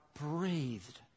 breathed